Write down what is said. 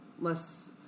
less